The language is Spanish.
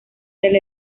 del